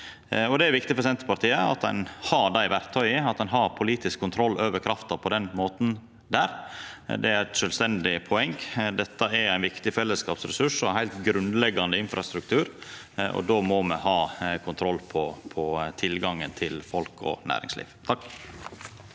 Det er viktig for Senterpartiet at ein har dei verktøya, at ein har politisk kontroll over krafta på den måten. Det er eit sjølvstendig poeng. Dette er ein viktig fellesskapsressurs og heilt grunnleggjande infrastruktur, og då må me ha kontroll på tilgangen til folk og næringsliv. Marius